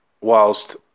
whilst